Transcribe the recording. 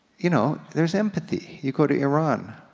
you know, there's empathy. you go to iran.